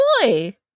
boy